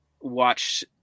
watch